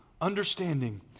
Understanding